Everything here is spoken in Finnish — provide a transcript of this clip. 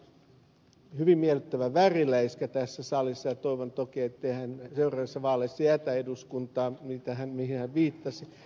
ukkola on hyvin miellyttävä väriläiskä tässä salissa ja toivon toki ettei hän seuraavissa vaaleissa jätä eduskuntaa mihin hän viittasi